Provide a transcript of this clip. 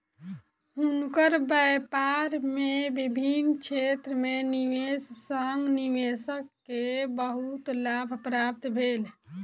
हुनकर व्यापार में विभिन्न क्षेत्र में निवेश सॅ निवेशक के बहुत लाभ प्राप्त भेल